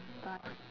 bye